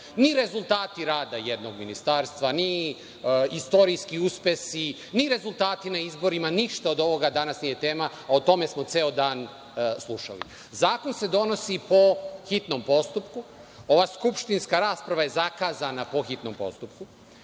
Ni rezultati rada jednog ministarstva, ni istorijski uspesi, ni rezultati na izborima. Ništa od ovoga danas nije tema, a o tome smo ceo dan slušali. Zakon se donosi po hitnom postupku. Ova skupštinska rasprava je zakazana po hitnom postupku,